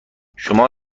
شما